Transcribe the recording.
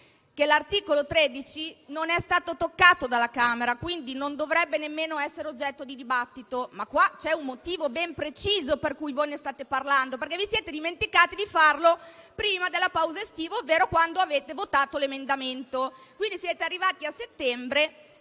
l'articolo 13 non è stato toccato dalla Camera, quindi non dovrebbe nemmeno essere oggetto di dibattito. Ma c'è un motivo ben preciso per cui ne state parlando ora: vi siete dimenticati di farlo prima della pausa estiva, ovvero quando avete votato l'emendamento. Quindi siete arrivati a settembre